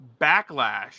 Backlash